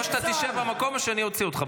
או שתשב במקום או שאני אוציא אותך.